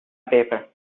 paper